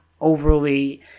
overly